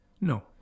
No